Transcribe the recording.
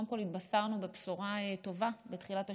קודם כול, התבשרנו בשורה טובה בתחילת השבוע,